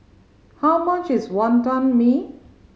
how much is Wonton Mee